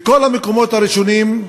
בכל המקומות הראשונים,